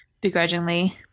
begrudgingly